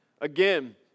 Again